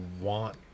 want